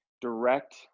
direct